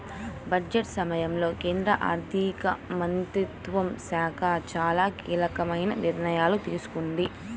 budget సమయంలో కేంద్ర ఆర్థిక మంత్రిత్వ శాఖ చాలా కీలకమైన నిర్ణయాలు తీసుకుంది